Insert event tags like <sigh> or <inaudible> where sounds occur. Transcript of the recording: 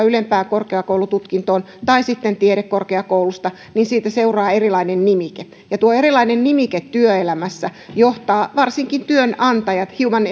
<unintelligible> ylempään korkeakoulututkintoon tai sitten tiedekorkeakoulusta niin siitä seuraa erilainen nimike ja tuo erilainen nimike työelämässä johtaa varsinkin työnantajat hiukan <unintelligible>